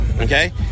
okay